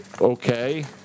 okay